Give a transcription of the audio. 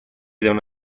devono